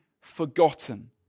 forgotten